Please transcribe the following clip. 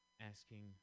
asking –